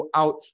out